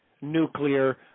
nuclear